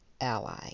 ally